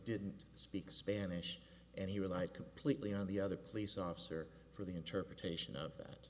didn't speak spanish and he relied completely on the other police officer for the interpretation of